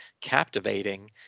captivating